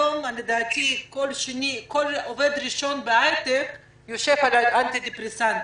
היום לדעתי כל עובד שני בהייטק "יושב" על אנטי-דפרסנטים,